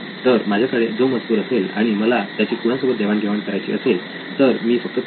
तर माझ्याकडे जो मजकूर असेल आणि मला त्याची कुणासोबत देवाणघेवाण करायची असेल तर मी फक्त तुमचे